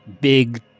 big